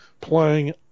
playing